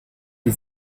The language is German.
die